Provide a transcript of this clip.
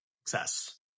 success